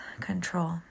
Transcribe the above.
control